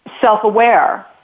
self-aware